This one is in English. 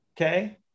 Okay